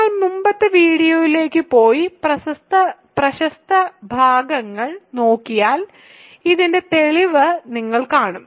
നിങ്ങൾ മുമ്പത്തെ വീഡിയോയിലേക്ക് പോയി പ്രസക്തമായ ഭാഗങ്ങൾ നോക്കിയാൽ ഇതിന്റെ തെളിവ് നിങ്ങൾ കാണും